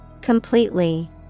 Completely